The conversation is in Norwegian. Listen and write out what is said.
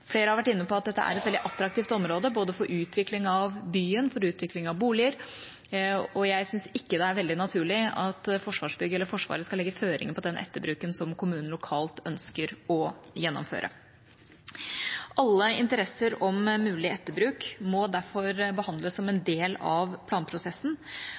Flere har vært inne på at dette er et veldig attraktivt område, både for utvikling av byen og for utvikling av boliger, og jeg syns ikke det er veldig naturlig at Forsvarsbygg eller Forsvaret skal legge føringer på den etterbruken som kommunen lokalt ønsker å gjennomføre. Alle interesser om mulig etterbruk må derfor behandles som en del av planprosessen,